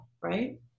right